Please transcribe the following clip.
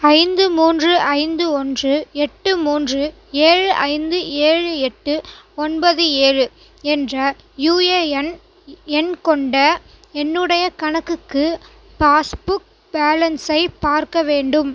ஐந்து மூன்று ஐந்து ஒன்று எட்டு மூன்று ஏழு ஐந்து ஏழு எட்டு ஒன்பது ஏழு என்ற யூஏஎன் எண் கொண்ட என்னுடைய கணக்குக்கு பாஸ்புக் பேலன்ஸை பார்க்க வேண்டும்